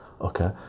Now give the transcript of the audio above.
okay